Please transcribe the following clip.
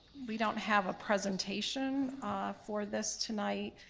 we don't have a presentation for this tonight.